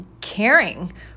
caring